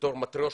בתור מטרושקות,